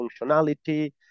functionality